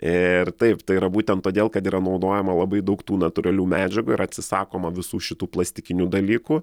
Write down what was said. ir taip tai yra būtent todėl kad yra naudojama labai daug tų natūralių medžiagų ir atsisakoma visų šitų plastikinių dalykų